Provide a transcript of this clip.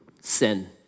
sin